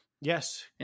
Yes